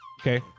Okay